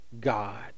God